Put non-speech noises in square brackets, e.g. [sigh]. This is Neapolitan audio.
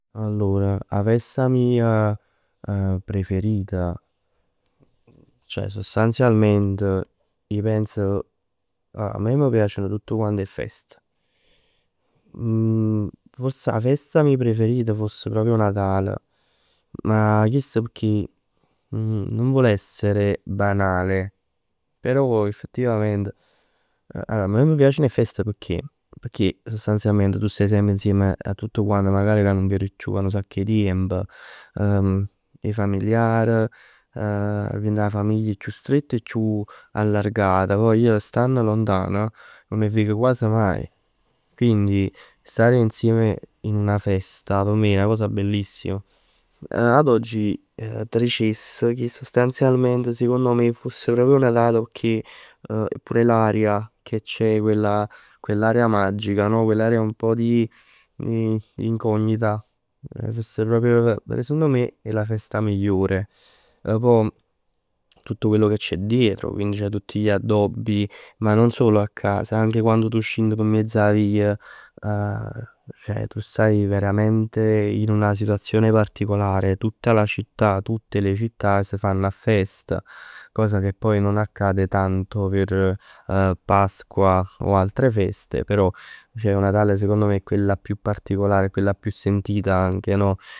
Allor 'a festa mij preferita, ceh sostanzialment, ij pens. A me m' piacen tutt quant 'e fest. [hesitation] Forse 'a festa mij preferita foss proprio 'o Natale. Ma chest pecchè non vuole essere banale. Però effettivament. Allor a me m' piaceno 'e fest pecchè? Pecchè sostanzialmente tu staj insieme a tutt quant ca nun vir chiù a nu sacc e tiemp. 'E familiar, [hesitation] 'a famiglia chiù stretta e allargata. Poj ij, stann lontano, nun 'e veg quasi maje. Quindi stare insieme in una festa p' me è una cosa bellissima. Ad oggi t' dicess che sostanzialmente p' me foss proprio 'o Natal, pecchè pure l'aria che c'è. Quella, quell'aria magica, no? Quell'aria un pò di, di, di incognita. Foss proprio, secondo me è la festa migliore. Poj tutto quello che c'è dietro. Poi tutti gli addobbi. Ma non solo a casa, anche quann tu scinn p' miezz 'a vij. Ceh tu staj veramente in una situazione particolare. Tutta la città, tutte le città s' fann a fest. Cosa che poi non accade tanto p' Pasqua o altre feste. Però ceh 'o Natale è quella più particolare, è quella più sentita anche no?